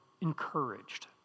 encouraged